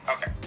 Okay